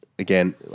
Again